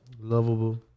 lovable